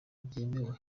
byemewe